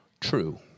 True